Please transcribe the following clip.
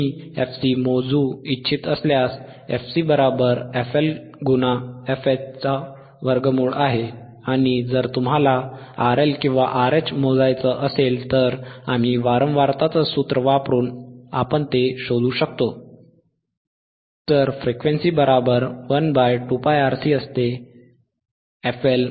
मी fC मोजू इच्छित असल्यास fC√fLfH आहे आणि जर तुम्हाला RL किंवा RH मोजायचे असेल तर आम्ही वारंवारताचा सूत्र वापरून आपण ते शोधू शकतो